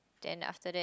then after that